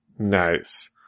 Nice